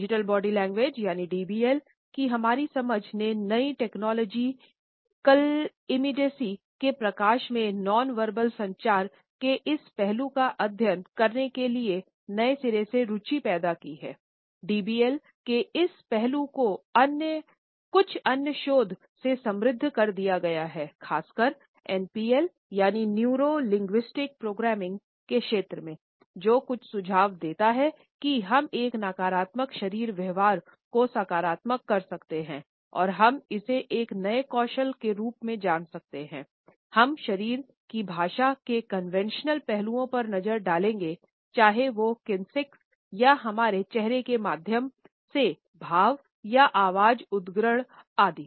digital body language या हमारे चेहरे के माध्यम से भाव या आवाज़ उद्धरण आदि